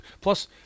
plus